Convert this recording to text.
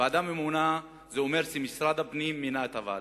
ועדה ממונה, זה אומר שמשרד הפנים מינה את הוועדה.